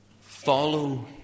follow